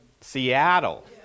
Seattle